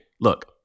look